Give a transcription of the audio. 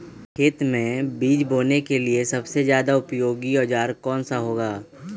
खेत मै बीज बोने के लिए सबसे ज्यादा उपयोगी औजार कौन सा होगा?